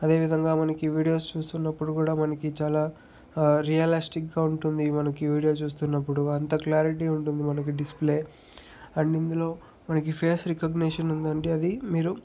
అదేవిధంగా మనకి వీడియోస్ చూస్తున్నప్పుడు కూడా మనకి చాలా రియలిస్టిక్గా ఉంటుంది మనకి వీడియోస్ చూస్తున్నప్పుడు అంత క్లారిటీ ఉంటుంది మనకి డిస్ప్లే అండ్ ఇందులో మనకి ఫేస్ రికగ్నిషన్ ఉందండి అది మీరు